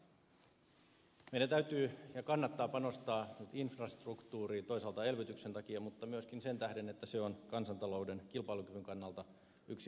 meidän täytyy ja kannattaa panostaa nyt infrastruktuuriin toisaalta elvytyksen takia mutta myöskin sen tähden että se on kansantalouden kilpailukyvyn kannalta yksi menestystekijöitä